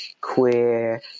queer